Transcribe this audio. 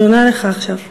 אני עונה לך עכשיו: